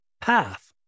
path